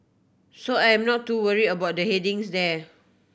so I am not too worry about the headings there